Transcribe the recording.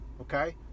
Okay